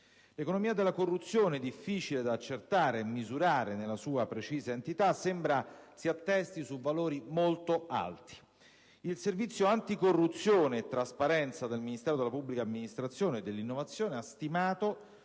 L' economia della corruzione, difficile da accertare e misurare nella sua precisa entità, sembra che si attesti su valori molto alti. Il Servizio anticorruzione e trasparenza del Ministero per la pubblica amministrazione e l'innovazione ha stimato,